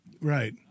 right